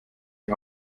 die